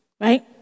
right